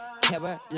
Caroline